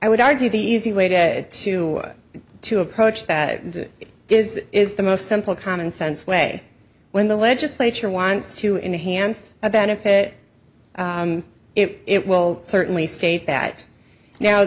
i would argue the easy way to to to approach that is is the most simple common sense way when the legislature wants to enhance a benefit it will certainly state that now